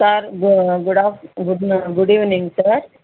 sir good of good evening sir